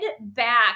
back